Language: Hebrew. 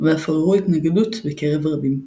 ואף עוררו התנגדות בקרב רבים.